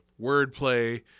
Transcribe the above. wordplay